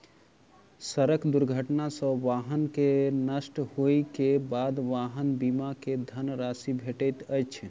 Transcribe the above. सड़क दुर्घटना सॅ वाहन के नष्ट होइ के बाद वाहन बीमा के धन राशि भेटैत अछि